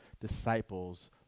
disciples